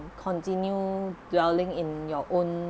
continue dwelling in your own